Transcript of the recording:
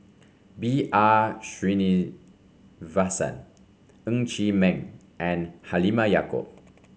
B R Sreenivasan Ng Chee Meng and Halimah Yacob